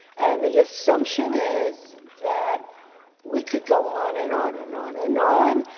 and the assumption is that we could go on and on and on and on,